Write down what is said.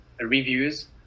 reviews